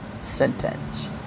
sentence